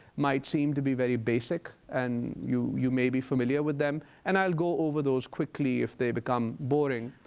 might seem to be very basic, and you you may be familiar with them. and i'll go over those quickly if they become boring.